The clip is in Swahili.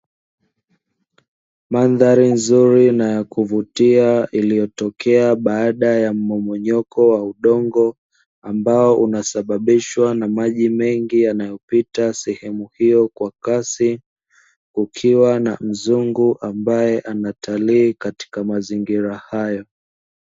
Mandhari nzuri na ya kuvutia iliyotokea baada ya mmomonyoko wa udongo ambao unasababishwa na maji mengi yanayopita sehemu hiyo kwa kasi, kukiwa na mzungu ambaye anatalii katika mazingira hayo.